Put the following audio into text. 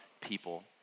people